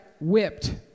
Whipped